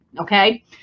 okay